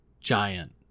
giant